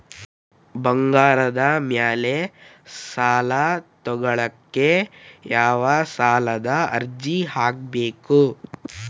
ಬಂಗಾರದ ಮ್ಯಾಲೆ ಸಾಲಾ ತಗೋಳಿಕ್ಕೆ ಯಾವ ಸಾಲದ ಅರ್ಜಿ ಹಾಕ್ಬೇಕು?